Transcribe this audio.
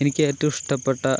എനിക്കേറ്റവും ഇഷ്ടപ്പെട്ട